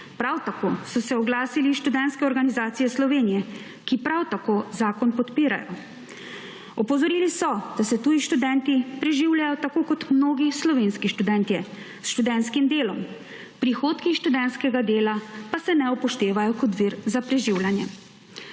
Prav tako so se oglasile študentske organizacije Sloveniji, ki prav tako zakon podpirajo. Opozorili so, da se tuji študentje preživljajo tako kot mnogi slovenski študentje, s študentskim delom, prihodki študentskega dela pa se ne upoštevajo kot vir za preživljanje.